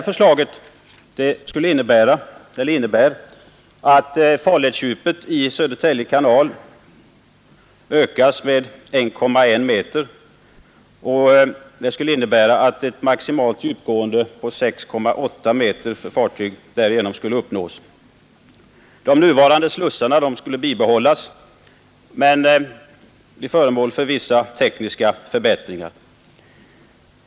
Förslaget innebär att farledsdjupet i Södertälje kanal ökas med 1,1 m. Därigenom skulle möjliggöras ett maximalt djupgående på 6,8 m. De nuvarande slussarna skulle bibehållas men bli föremål för vissa tekniska förbättringar.